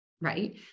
Right